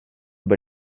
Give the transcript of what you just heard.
bat